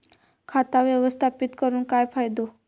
खाता व्यवस्थापित करून काय फायदो?